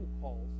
calls